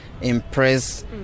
impressed